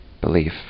belief